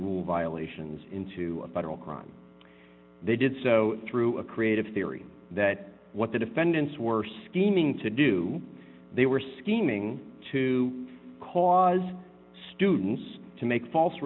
rule violations into federal crime they did so through a creative theory that what the defendants were scheming to do they were scheming to cause students to make false